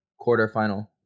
quarterfinal